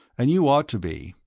and you ought to be.